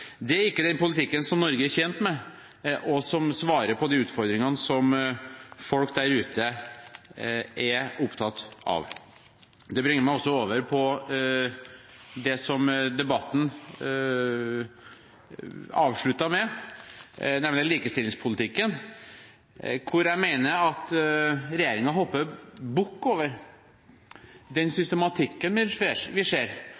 Det er ikke den politikken som Norge er tjent med, og som svarer på de utfordringene som folk der ute er opptatt av. Det bringer meg over på det som debatten avsluttet med, nemlig likestillingspolitikken. Her mener jeg regjeringen hopper bukk over den systematikken vi ser, og de strukturelle betingelsene som gjør at vi